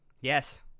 Yes